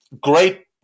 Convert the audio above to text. great